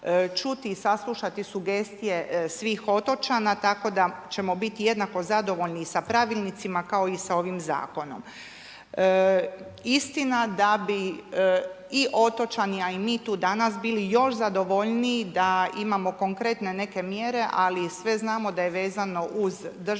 čuti i saslušati sugestije svih otočana tako da ćemo biti jednako zadovoljni sa pravilnicima kao i sa ovim zakonom. Istina da bi i otočani a i mi tu danas bili još zadovoljniji da imamo konkretne neke mjere ali i svi znamo da je vezano uz državni